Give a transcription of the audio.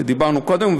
שדיברנו עליו קודם,